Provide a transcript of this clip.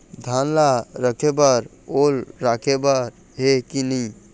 धान ला रखे बर ओल राखे बर हे कि नई?